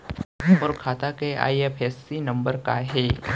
मोर खाता के IFSC number का हे?